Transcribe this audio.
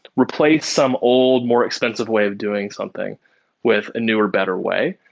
replace some old, more expensive way of doing something with a newer, better way.